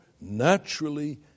naturally